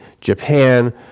Japan